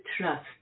trust